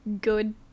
Good